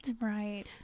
Right